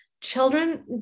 children